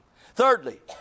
Thirdly